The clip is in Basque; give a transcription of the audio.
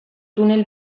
tunel